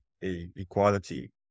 equality